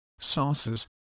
sauces